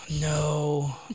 no